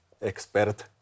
expert